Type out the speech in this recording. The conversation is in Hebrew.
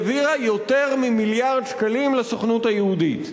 העבירה יותר ממיליארד שקלים לסוכנות היהודית.